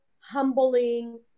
humbling